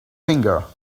finger